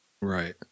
Right